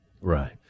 right